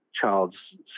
child's